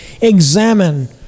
examine